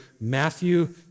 Matthew